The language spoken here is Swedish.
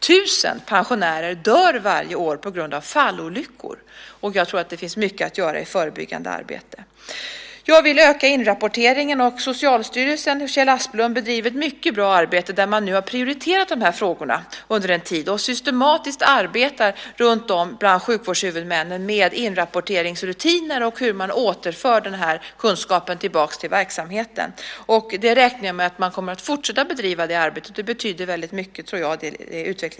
Tusen pensionärer dör varje år på grund av fallolyckor, och även där finns det mycket att göra i form av förebyggande arbete. Jag vill öka inrapporteringen. Socialstyrelsen och Kjell Asplund bedriver ett mycket bra arbete där de under en tid prioriterar dessa frågor och systematiskt arbetar med inrapporteringsrutiner bland sjukvårdshuvudmännen samt hur man återför kunskapen till verksamheten. Jag räknar med att det utvecklingsarbetet kommer att fortsätta att bedrivas, och det betyder väldigt mycket.